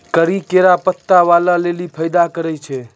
करी केरो पत्ता बालो लेलि फैदा कारक छै